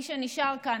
מי שנשאר כאן,